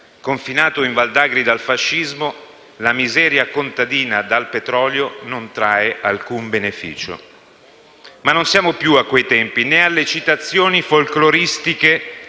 confinato in Val d'Agri dal fascismo, che la miseria contadina dal petrolio non trae alcun beneficio. Non siamo più a quei tempi, né alle citazione folcloristiche